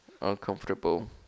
Uncomfortable